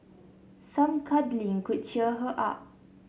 some cuddling could cheer her up